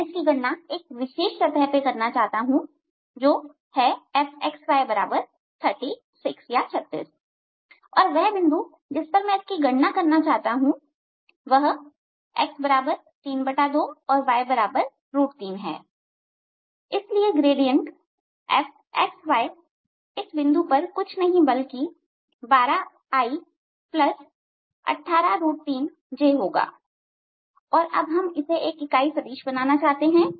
मैं इसकी गणना एक विशेष सतह पर करना चाहता हूं जो fxy36 है और वह बिंदु जिस पर मैं इसकी गणना करना चाहता हूं वह x32y 3है और इसलिए ग्रेडियंट fxy इस बिंदु पर कुछ नहीं बल्कि 12i183 j होगा और अब हम इसे एक इकाई सदिश बनाना चाहते हैं